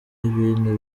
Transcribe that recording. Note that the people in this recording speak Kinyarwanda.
ibintu